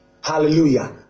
hallelujah